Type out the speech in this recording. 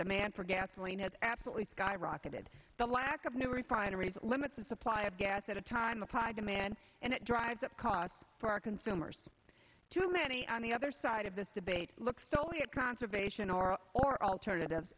demand for gasoline has absolutely skyrocketed the lack of new refineries limits the supply of gas at a time applied demand and it drives up costs for our consumers to many on the other side of this debate look solely at conservation or or alternative